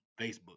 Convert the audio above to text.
Facebook